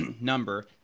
number